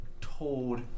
told